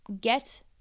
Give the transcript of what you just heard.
get